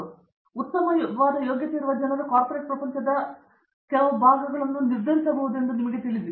ಅಥವಾ ಉತ್ತಮವಾದ ಯೋಗ್ಯತೆಯಿರುವ ಜನರು ಕಾರ್ಪೋರೆಟ್ ಪ್ರಪಂಚದ ಕೆಲವು ಭಾಗವನ್ನು ನಿರ್ಧರಿಸಬಹುದು ಎಂದು ನಿಮಗೆ ತಿಳಿದಿದೆ